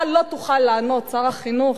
אתה לא תוכל לענות, שר החינוך,